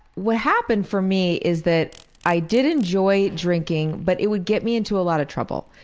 what happened for me is that i did enjoy drinking but it would get me into a lot of trouble,